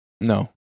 No